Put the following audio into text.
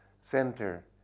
center